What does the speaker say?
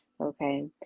Okay